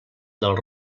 del